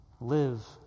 Live